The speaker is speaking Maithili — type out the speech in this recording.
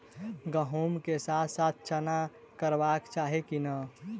गहुम केँ साथ साथ चना करबाक चाहि की नै?